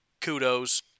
Kudos